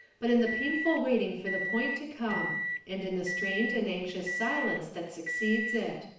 but in the painful waiting for the point to come and in the strained and anxious silence that succeeds it.